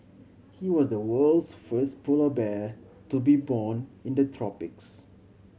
he was the world's first polar bear to be born in the tropics